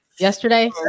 Yesterday